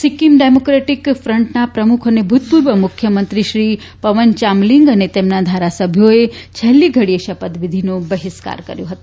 Sikkim democratic ફન્ટના પ્રમુખ અને ભૂતપૂર્વ મુખ્યમંત્રીક્રી પવન ચાંબલિંગ અને તેમના ધારાસભ્યોએ છેલ્લી ઘડીએ શપથવિધિનો બહિષ્કાર કર્યો હતો